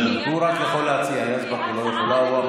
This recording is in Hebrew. רק הוא יכול להציע, יזבק לא יכולה.